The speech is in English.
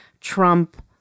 Trump